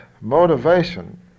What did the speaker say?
motivation